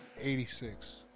86